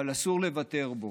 אבל אסור לוותר עליו.